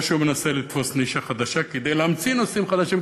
או שהוא מנסה לתפוס נישה חדשה כדי להמציא נושאים חדשים?